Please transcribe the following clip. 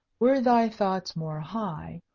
were thy thoughts more high,